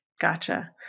Gotcha